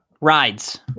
rides